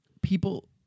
people